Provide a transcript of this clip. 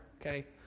okay